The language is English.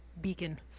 beacon